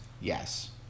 yes